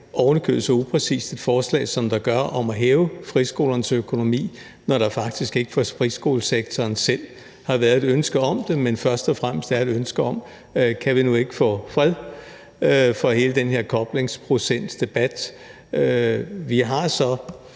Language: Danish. ovenikøbet er upræcist, om at hæve friskolernes økonomi, når der faktisk ikke fra friskolesektoren selv har været et ønske om det, men først og fremmest er et ønske om at få fred for hele den her debat om koblingsprocenten. Vi har så